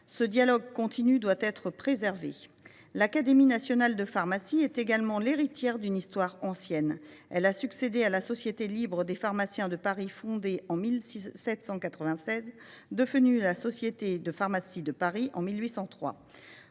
Ce dialogue continu doit être préservé. L’Académie nationale de pharmacie est également l’héritière d’une histoire ancienne. Elle a succédé à la Société libre des pharmaciens de Paris, fondée en 1796, qui est devenue la Société de pharmacie de Paris en 1803.